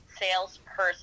salesperson